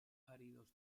áridos